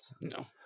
No